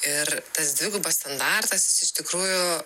ir tas dvigubas standartas jis iš tikrųjų